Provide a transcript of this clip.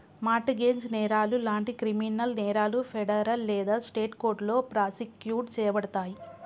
mart gauge నేరాలు లాంటి criminal నేరాలు ఫెడరల్ లేదా స్టేట్ కోర్టులో ప్రాసిక్యూట్ చేయబడతయి